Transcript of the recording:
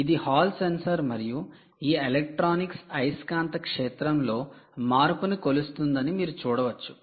ఇది hall sensor మరియు ఈ ఎలక్ట్రానిక్స్ అయస్కాంత క్షేత్రం లో మార్పును కొలుస్తుందని మీరు చూడవచ్చు